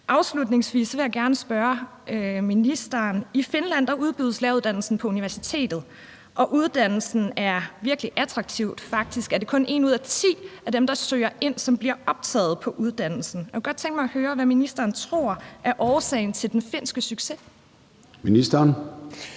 Afslutningsvis vil jeg gerne spørge ministeren om noget. I Finland udbydes læreruddannelsen på universitetet, og uddannelsen er virkelig attraktiv. Faktisk er det kun en ud af ti af dem, der søger ind, som bliver optaget på uddannelsen. Jeg kunne godt tænke mig at høre, hvad ministeren tror er årsagen til den finske succes. Kl.